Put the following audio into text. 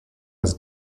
was